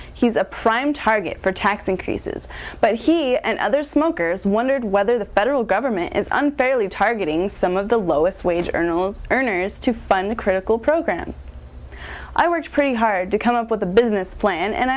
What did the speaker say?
he's a prime target for tax increases but he and other smokers wondered whether the federal government is unfairly targeting some of the lowest wage earner earners to fund critical programs i worked pretty hard to come up with a business plan and